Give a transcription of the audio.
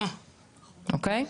אוקי?